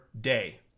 day